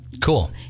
Cool